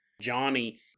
Johnny